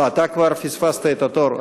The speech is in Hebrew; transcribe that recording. לא, אתה כבר פספסת את התור.